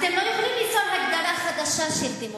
אתם לא יכולים ליצור הגדרה חדשה של דמוקרטיה.